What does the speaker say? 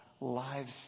lives